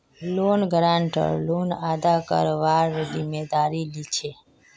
loan guarantor loan अदा करवार जिम्मेदारी लीछे